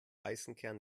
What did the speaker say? eisenkern